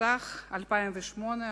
התשס"ח 2008,